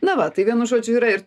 na va tai vienu žodžiu yra ir